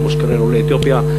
כמו שקרה לעולי אתיופיה.